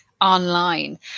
online